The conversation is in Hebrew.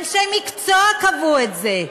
אנשי מקצוע קבעו את זה,